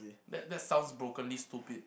that that sounds brokenly stupid